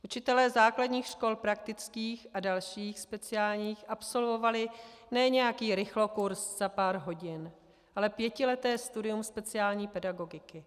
Učitelé základních škol praktických a dalších speciálních absolvovali ne nějaký rychlokurs za pár hodin, ale pětileté studium speciální pedagogiky.